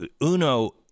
Uno